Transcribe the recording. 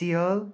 اِیال